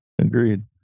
agreed